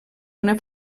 una